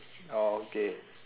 orh okay